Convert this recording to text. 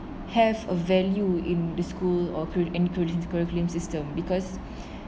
have a value in the school or could into curriculum system because